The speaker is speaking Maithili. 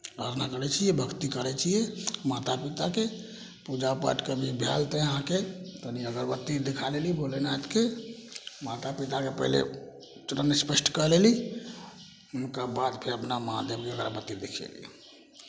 आराधना करै छियै भक्ति करै छियै माता पिताके पूजा पाठ कनि भैल तऽ अहाँके कनि अगरबत्ती देखा लेली भोलेनाथके माता पिता के पहले चरण स्पर्श कऽ लेली हुनकर बाद फेर अपना महादेब के अगरबत्ती देखेली